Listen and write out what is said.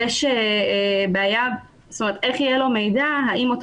יש בעיה כי איך יהיה לו מידע האם אותו